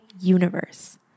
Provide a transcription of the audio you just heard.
universe